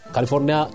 California